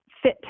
fit